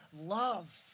love